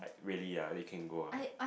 really ah they can go ah